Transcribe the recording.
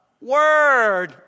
Word